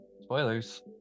Spoilers